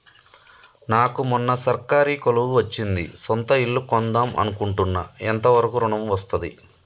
నాకు మొన్న సర్కారీ కొలువు వచ్చింది సొంత ఇల్లు కొన్దాం అనుకుంటున్నా ఎంత వరకు ఋణం వస్తది?